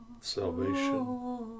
salvation